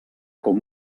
com